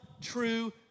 true